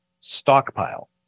stockpile